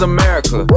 America